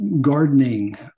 gardening